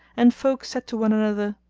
and folk said to one another,